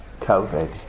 COVID